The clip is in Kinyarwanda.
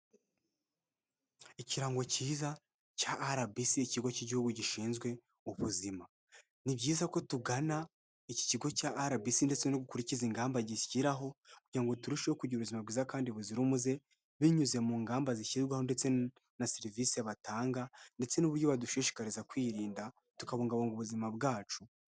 Ikirango cyiza cya rbc ikigo cy'igihugu gishinzwe ubuzima. Ni byiza ko tugana iki kigo cya rbc ndetse no gukurikiza ingamba gishyiraho kugira ngo turusheho kugira ubuzima bwiza kandi buzira umuze, binyuze mu ngamba zishyirwaho ndetse na serivisi batanga ndetse n'uburyo badushishikariza kwirinda tubungabunga ubuzima bwacu.